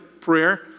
prayer